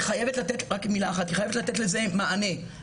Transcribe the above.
חייבת לתת לזה מענה.